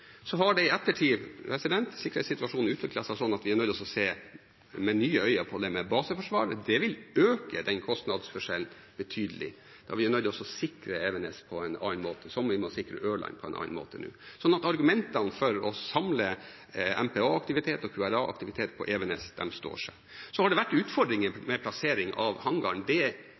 Så har sikkerhetssituasjonen i ettertid utviklet seg sånn at vi er nødt til å se med nye øyne på baseforsvar. Det vil øke den kostnadsforskjellen betydelig, da vi er nødt til å sikre Evenes på en annen måte, som vi må sikre Ørland på en annen måte nå. Så argumentene for å samle MPA-aktivitet og QRA-aktivitet på Evenes står seg. Så har det vært utfordringer med plassering av hangaren.